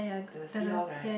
the seahorse right